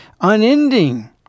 unending